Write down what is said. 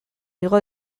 igo